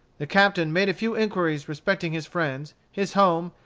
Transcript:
the captain made a few inquiries respecting his friends, his home,